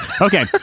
Okay